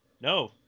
No